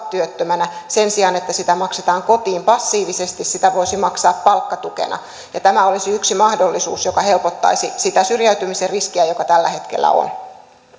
työttöminä sen sijaan että sitä maksetaan kotiin passiivisesti sitä voisi maksaa palkkatukena ja tämä olisi yksi mahdollisuus joka helpottaisi sitä syrjäytymisen riskiä joka tällä hetkellä on